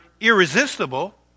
irresistible